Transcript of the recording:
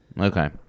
Okay